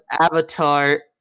Avatar